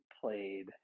played